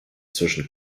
zwischen